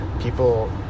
people